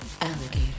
alligator